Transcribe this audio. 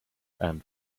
and